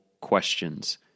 questions